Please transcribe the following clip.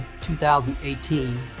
2018